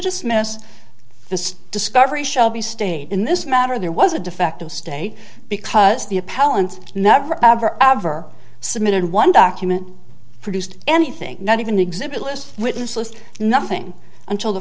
dismiss this discovery shall be state in this matter there was a defective state because the appellant never ever ever submitted one document produced anything not even exhibit lists witness list nothing until the